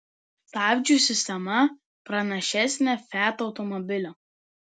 stabdžių sistema pranašesnė fiat automobilio